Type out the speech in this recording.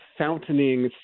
fountaining